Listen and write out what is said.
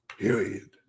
Period